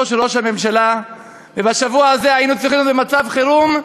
של ראש הממשלה ובשבוע הזה היינו צריכים להיות במצב חירום,